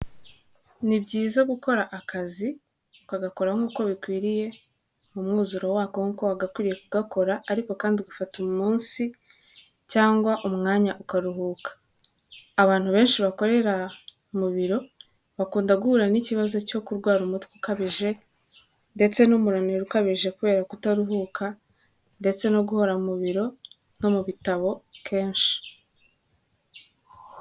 Ni byiza gukora akazi ukagakora nk'uko bikwiriye mu mwuzuro wakongo wagakwiye kugakor, ariko kandi ugafata umunsi cyangwa umwanya ukaruhuka abantu benshi bakorera mu biro bakunda guhura n'ikibazo cyo kurwara umutwe ukabije ndetse n'umunaniro ukabije kubera kutaruhuka ndetse no guhora mu biro no mu bitabo kenshi.